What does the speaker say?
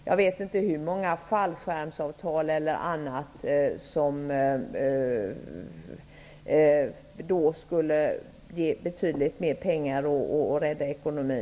Jag vet inte hur många fallskärmsavtal det finns som, om de avskaffades, skulle ge betydligt mer pengar till att rädda ekonomin.